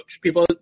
People